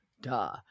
Duh